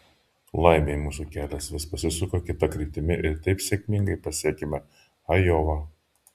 laimei mūsų kelias vis pasisuka kita kryptimi ir taip sėkmingai pasiekiame ajovą